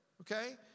okay